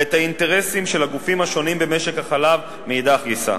והאינטרסים של הגופים השונים במשק החלב מאידך גיסא.